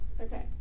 okay